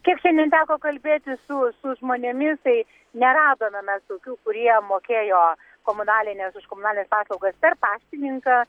kiek šiendien teko kalbėtis su su žmonėmis tai neradome mes tokių kurie mokėjo komunalines už komunalines paslaugas per paštininką